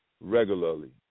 regularly